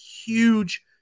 huge